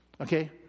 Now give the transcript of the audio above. Okay